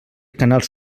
canals